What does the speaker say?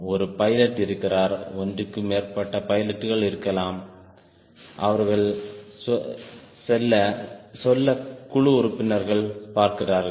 ஒரு பைலட் இருக்கிறார் ஒன்றுக்கு மேற்பட்ட பைலட்டுகள் இருக்கலாம் அவர்கள் சொல்ல குழு உறுப்பினர்களைப் பார்க்கிறார்கள்